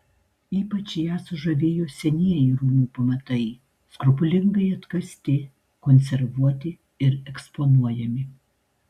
ypač ją sužavėjo senieji rūmų pamatai skrupulingai atkasti konservuoti ir eksponuojami